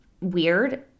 weird